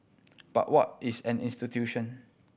but what is an institution